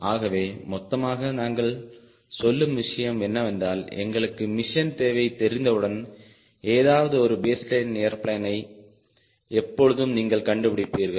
ஆகவே மொத்தமாக நாங்கள் சொல்லும் விஷயம் என்னவென்றால் எங்களுக்கு மிஷன் தேவை தெரிந்தவுடன் ஏதாவது ஒரு பேஸ்லைன் ஏர்பிளேனை எப்பொழுதும் நீங்கள் கண்டுபிடிப்பீர்கள்